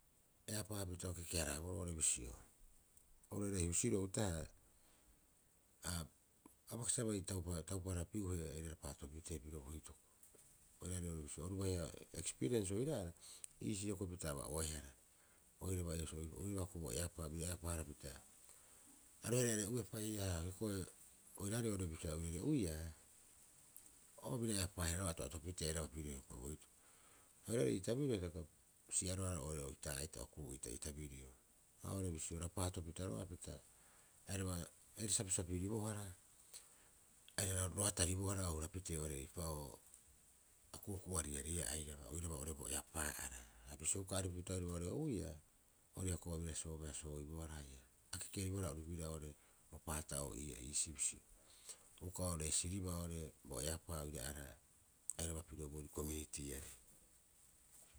Eapaapita o keke- haraabouba oo'ore bisio oru oira ii husiroo uta'aha a bai kasiba sa bai taupe tauparapiuhe aira taupapitee piro bo hituku oiraarei oo'ore bisio orubaiha ekspiriens oira'ara iisii hioko'i pita aba'oehara oiraba hioko'i bo eapaa bira eapaa- harapita a roheoarei aba'uepa ii'aa hiokoe oiraarei oo'ore ita. Uri'o'uiia o bira eapaaehara roga'a ato'atopitee airaba pirio bo hituku oiraarei ii tabirio hitaka si'aroara roo'ore oitaa'ita okuu'ita ii tabirio. Ha oo'ore bisio rapaatopita roga'a pita airaba aira sapisapi ribohara aira rapaataribohara o hurapitee oo'ore eipa'oo a ku'uku'uariareia airaba oiraba oo'ore bo eapaa'ara. Ha bisio uka aripupita oiraba ore'oo'uiiaa ori ii'aa hioko'i ua bira soobeeasoo- ibohara haia, a kekeribohara oru bira bo paata'oo ii'aa iisii husi. Uka o reesiriboa oo'ore o eapaa oira'ara komunitiiarei.